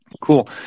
Cool